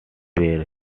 were